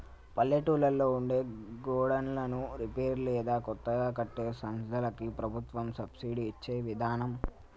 పల్లెటూళ్లలో ఉండే గోడన్లను రిపేర్ లేదా కొత్తగా కట్టే సంస్థలకి ప్రభుత్వం సబ్సిడి ఇచ్చే విదానం